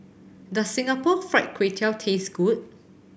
does Singapore Fried Kway Tiao taste good